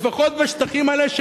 לפחות בשטחים האלה,